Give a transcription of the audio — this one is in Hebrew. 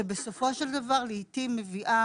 שבסופו של דבר לעיתים מביאה